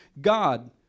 God